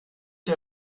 der